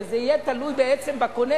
וזה יהיה תלוי בעצם בקונה,